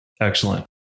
Excellent